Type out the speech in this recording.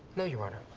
no, your honor.